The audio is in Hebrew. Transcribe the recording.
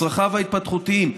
צרכיו ההתפתחותיים,